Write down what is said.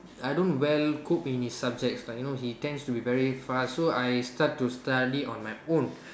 I don't well cope in his subjects like you know he tends to be very fast so I start to study on my own